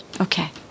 Okay